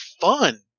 fun